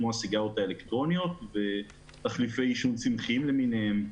כמו הסיגריות האלקטרוניות ותחליפי עישון צמחיים למיניהם.